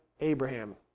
Abraham